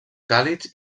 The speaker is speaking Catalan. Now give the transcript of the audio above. càlids